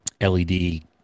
LED